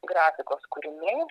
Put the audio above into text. grafikos kūriniai